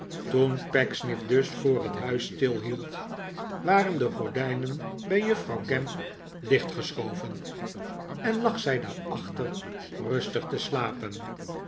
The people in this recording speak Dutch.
toen pecksniff dus voor het huis stilhield waren de gordijnen bij juffrouw gamp dichtgeschoven en lag zij daarachter rustig te slapen